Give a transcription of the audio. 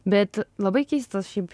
bet labai keistas šiaip